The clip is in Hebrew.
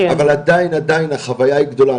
אבל עדיין החוויה היא גדולה.